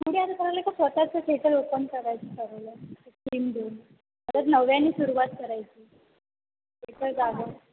मी असं ठरवलं आहे की स्वतःचं थेटर ओपन करायचं ठरवलं आहे टीम घेऊन परत नव्याने सुरुवात करायची थेटर जागं